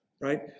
Right